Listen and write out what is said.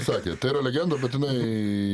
sakė tai yra legenda bet jinai